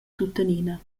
tuttenina